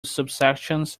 subsections